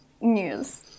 News